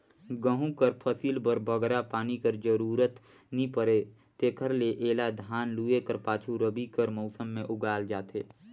गहूँ कर फसिल बर बगरा पानी कर जरूरत नी परे तेकर ले एला धान लूए कर पाछू रबी कर मउसम में उगाल जाथे